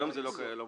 היום זה לא ברור.